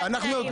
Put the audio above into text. בתנאים.